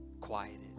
quieted